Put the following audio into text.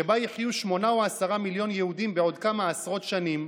שבה יחיו שמונה או עשרה מיליון יהודים בעוד כמה עשרות שנים,